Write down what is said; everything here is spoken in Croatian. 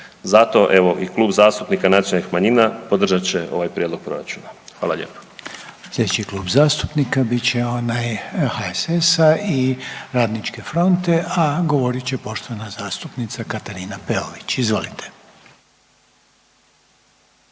Zato evo i Klub zastupnika nacionalnih manjina podržat će ovaj prijedlog proračuna. Hvala lijepo. **Reiner, Željko (HDZ)** Slijedeći Klub zastupnika bit će onaj HSS-a i RF-a, a govorit će poštovana zastupnica Katarina Peović, izvolite.